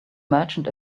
merchant